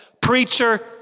Preacher